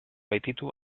baititu